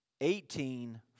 eighteen